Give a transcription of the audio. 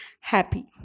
happy